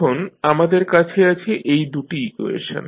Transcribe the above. এখন আমাদের কাছে আছে এই দু'টি ইকুয়েশন